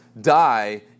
die